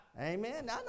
Amen